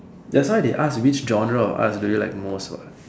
that's why they ask which genre of arts do you like most what